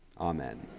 Amen